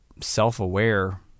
self-aware